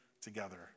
together